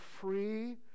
free